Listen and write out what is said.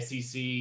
SEC